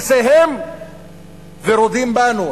לכיסיהם ורודים בנו.